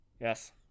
Yes